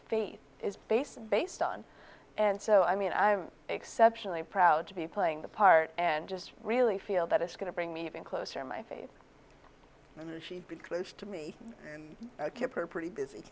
faith is based based on and so i mean i'm exceptionally proud to be playing the part and just really feel that it's going to bring me even closer my faves i knew she'd been close to me and i kept her pretty busy